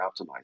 optimize